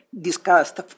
discussed